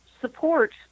support